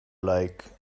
like